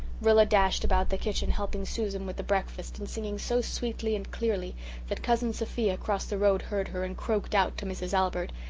rilla dashed about the kitchen helping susan with the breakfast and singing so sweetly and clearly that cousin sophia across the road heard her and croaked out to mrs. albert,